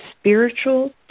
spiritual